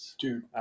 Dude